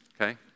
Okay